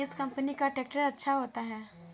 किस कंपनी का ट्रैक्टर अच्छा होता है?